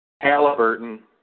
Halliburton